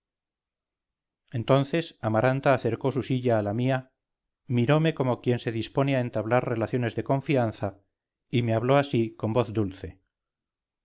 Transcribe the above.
entonces amaranta acercó su silla a la mía mirome como quien se dispone a entablar relaciones de confianza y me habló así con voz dulce